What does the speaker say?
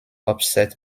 upset